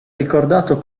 ricordato